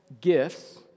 gifts